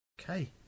Okay